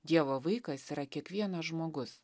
dievo vaikas yra kiekvienas žmogus